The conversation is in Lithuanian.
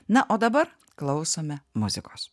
na o dabar klausome muzikos